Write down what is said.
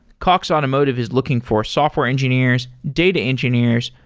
cox automotive is looking for software engineers, data engineers,